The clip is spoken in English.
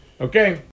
Okay